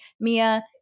Mia